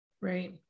Right